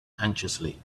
anxiously